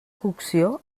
cocció